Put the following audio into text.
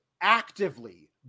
actively